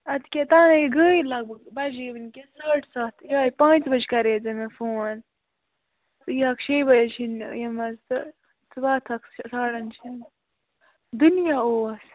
اَدٕ کیٛاہ تَنے گٔے لگ بگ بَجے وُنکٮ۪س ساڑٕ سَتھ یِہَے پانٛژِ بَجہِ کَرے مےٚ ژےٚ فون ژٕ یِہَکھ شیٚیہِ بَجہِ ہٕنہٕ ییٚمہِ مَنٛز تہٕ ژٕ واتہاکھ ساڑَن شَن دُنیا اوس